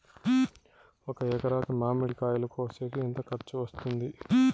ఒక ఎకరాకి మామిడి కాయలు కోసేకి ఎంత ఖర్చు వస్తుంది?